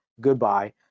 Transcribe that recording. goodbye